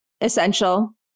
Essential